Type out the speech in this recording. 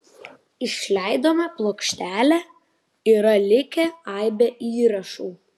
išleidome plokštelę yra likę aibė įrašų